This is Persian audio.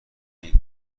این